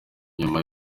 nyuma